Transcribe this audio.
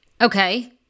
Okay